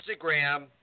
Instagram